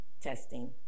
testing